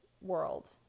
world